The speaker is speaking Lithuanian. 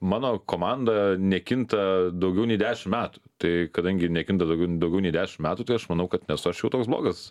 mano komanda nekinta daugiau nei dešim metų tai kadangi nekinta daugiau daugiau nei dešim metų tai aš manau kad nesu aš jau toks blogas